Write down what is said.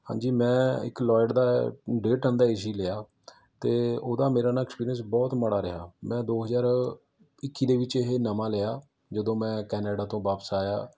ਹਾਂਜੀ ਮੈਂ ਇੱਕ ਲੋਇਡ ਦਾ ਡੇਢ ਟਨ ਦਾ ਏ ਸੀ ਲਿਆ ਅਤੇ ਉਹਦਾ ਮੇਰਾ ਨਾ ਐਕਸਪੀਰੀਅੰਸ ਬਹੁਤ ਮਾੜਾ ਰਿਹਾ ਮੈਂ ਦੋ ਹਜ਼ਾਰ ਇੱਕੀ ਦੇ ਵਿੱਚ ਇਹ ਨਵਾਂ ਲਿਆ ਜਦੋਂ ਮੈਂ ਕੈਨੇਡਾ ਤੋਂ ਵਾਪਸ ਆਇਆ